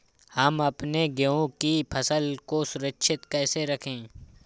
हम अपने गेहूँ की फसल को सुरक्षित कैसे रखें?